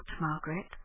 Margaret